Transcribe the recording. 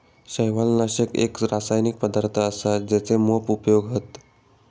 शैवालनाशक एक रासायनिक पदार्थ असा जेचे मोप उपयोग हत